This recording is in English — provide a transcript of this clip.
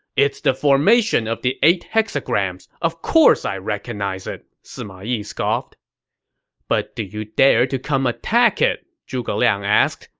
it's the formation of the eight hexagrams of course i recognize it, sima yi scoffed but do you dare to come attack it? zhuge liang asked,